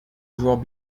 joueurs